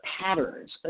patterns